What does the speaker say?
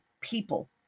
people